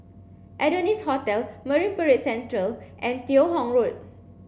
Adonis Hotel Marine Parade Central and Teo Hong Road